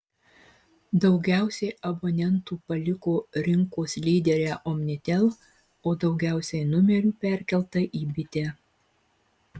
daugiausiai abonentų paliko rinkos lyderę omnitel o daugiausiai numerių perkelta į bitę